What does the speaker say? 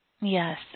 Yes